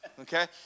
Okay